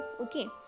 Okay